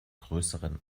größeren